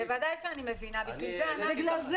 בגלל זה